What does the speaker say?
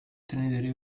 trinity